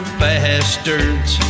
bastards